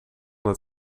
het